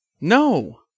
No